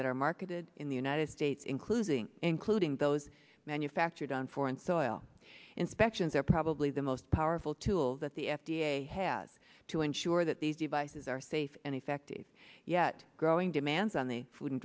that are marketed in the united states including including those manufactured on foreign soil inspections are probably the most powerful tool that the f d a has to ensure that these devices are safe and effective yet growing demands on the food and